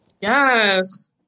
Yes